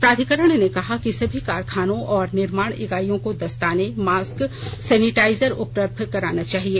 प्राधिकरण ने कहा कि सभी कारखानों और निर्माण इकाइयों को दस्ताने मास्क और सेनेटाइजर उपलब्ध कराना चाहिए